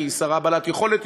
כי היא שרה בעלת יכולת,